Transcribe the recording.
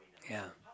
ya